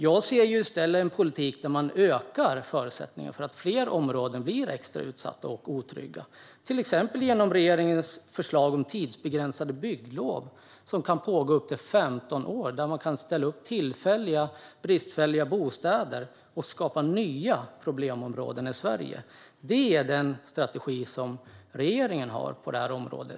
Jag ser en politik där man ökar förutsättningarna för att fler områden blir extra utsatta och otrygga, till exempel genom regeringens förslag om tidsbegränsade bygglov som kan pågå upp till 15 år. Tillfälliga bristfälliga bostäder sätts upp, och på så sätt skapas nya problemområden i Sverige. Det är den strategi som regeringen har på området.